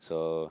so